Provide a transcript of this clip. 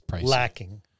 lacking